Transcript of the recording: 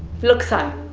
look son,